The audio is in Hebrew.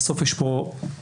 בסוף יש פה עסק